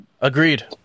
Agreed